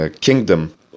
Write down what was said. kingdom